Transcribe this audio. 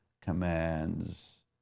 commands